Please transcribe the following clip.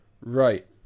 Right